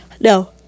No